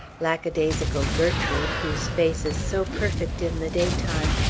lackadaisical gertrude, whose face is so perfect in the daytime,